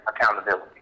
accountability